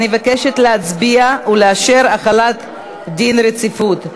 אני מבקשת להצביע ולאשר החלת דין רציפות.